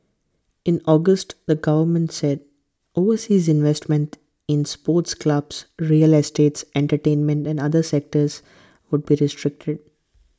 in August the government said overseas investments in sports clubs real estates entertainment and other sectors would be